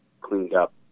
cleaned-up